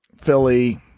Philly